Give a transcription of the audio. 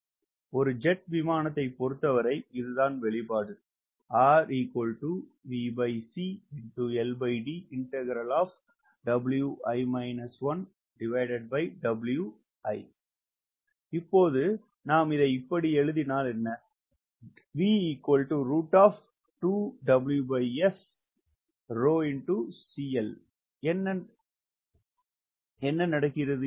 slide நேரத்தைப் பார்க்கவும் 0415 ஒரு ஜெட் விமானத்தைப் பொறுத்தவரை இது தான் வெளிப்பாடு இப்போது நாம் எழுதினால் என்ன நடக்கிறது